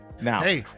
Now